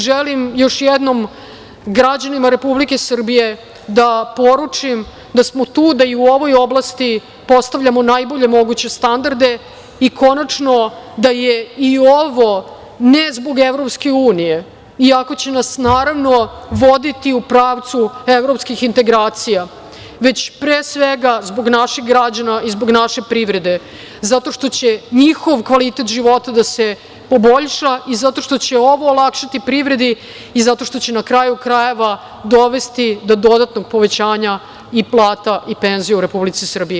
Želim još jednom građanima Republike Srbije da poručim da smo tu da i u ovoj oblasti postavljamo najbolje moguće standarde, i konačno da je i ovo ne zbog EU, iako će nas naravno voditi u pravcu evropskih integracija već, pre svega zbog naših građana i zbog naše privrede, zato što će njihov kvalitet života da se poboljša i zato što će ovo olakšati privredi i zato što će na kraju krajeva dovesti do dodatnog povećanja i plata i penzija u Republici Srbiji.